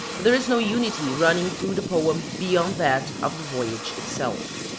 but there is no unity running through the poem beyond that of the voyage itself.